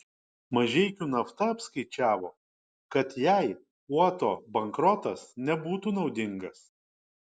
mažeikių nafta apskaičiavo kad jai uoto bankrotas nebūtų naudingas